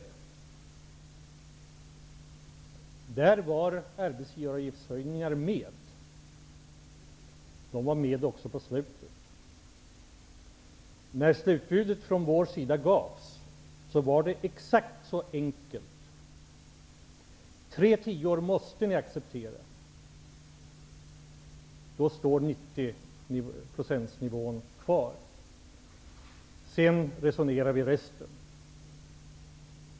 Höjningar av arbetsgivaravgiften var med där. De var med även på slutet. När slutbudet från vår sida gavs var det exakt så enkelt att Socialdemokraterna måste acceptera tre tior för att nivån på 90 % skulle vara kvar. Sedan kunde vi resonera om resten.